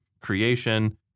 creation